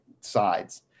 sides